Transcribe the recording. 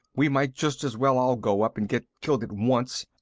we might just as well all go up and get killed at once,